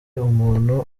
umuntu